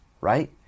right